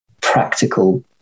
practical